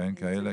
כן, כאלה?